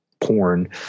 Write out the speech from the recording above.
porn